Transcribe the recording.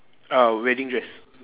ah wedding dress